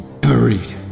Buried